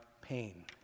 pain